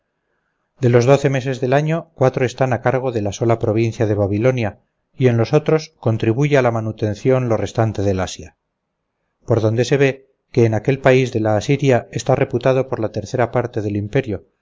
de los doce meses del año cuatro están a cargo de la sola provincia de babilonia y en los otros contribuye a la manutención lo restante del asia por donde se ve que en aquel país de la asiria está reputado por la tercera parte del imperio